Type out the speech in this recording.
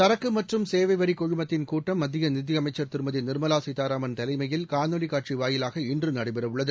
சரக்குமற்றும் சேவைவரிகுழுமத்தின் கூட்டம் மத்திய நிதியமைச்சர் திருமதிநிர்மவாசீதாராமன் தலைமையில் காணொலிக் காட்சிவாயிலாக இன்றுநடைபெறவுள்ளது